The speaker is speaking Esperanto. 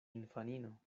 infanino